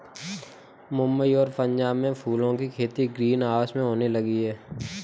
मुंबई और पंजाब में फूलों की खेती ग्रीन हाउस में होने लगी है